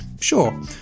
Sure